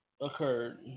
occurred